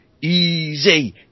easy